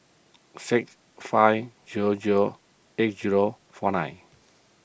six five zero zero eight zero four nine